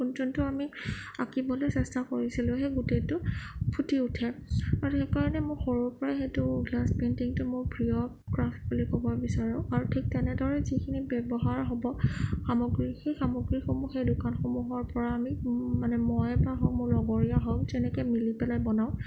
যোনটো আমি আঁকিবলৈ চেষ্টা কৰিছিলোঁ সেই গোটেইটো ফুটি উঠে আৰু সেইকাৰণে মোৰ সৰুৰ পৰাই সেইটো গ্লাছ পেইণ্টিঙটো মোৰ প্ৰিয় ক্ৰাফট বুলি ক'ব বিচাৰোঁ আৰু ঠিক তেনেদৰে যিখিনি ব্যৱহাৰ হ'ব সামগ্ৰী সেই সামগ্ৰীসমূহ সেই দোকানসমূহৰ পৰা আমি মানে মই বা মোৰ লগৰীয়া হওক তেনেকে মিলি পেলাই বনাওঁ